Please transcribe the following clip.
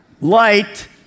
Light